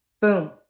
boom